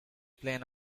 plain